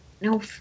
No